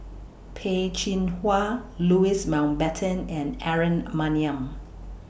Peh Chin Hua Louis Mountbatten and Aaron Maniam